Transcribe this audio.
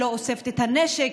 שלא אוספת את הנשק,